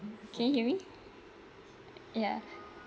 ya can you hear me ya